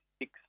six